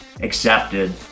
accepted